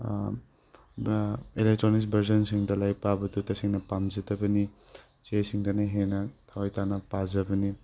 electronics ꯚꯔꯖꯟꯁꯤꯡꯗ ꯂꯥꯏꯔꯤꯛ ꯄꯥꯕꯗꯣ ꯇꯁꯦꯡꯅ ꯄꯥꯝꯖꯗꯕꯅꯤ ꯆꯦ ꯁꯤꯡꯗꯅ ꯍꯦꯟꯅ ꯊꯋꯥꯏ ꯇꯥꯅ ꯄꯖꯕꯅꯤ